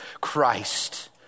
Christ